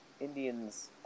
Indians